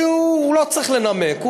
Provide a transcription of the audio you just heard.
הוא לא צריך לנמק.